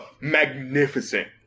magnificent